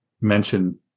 mention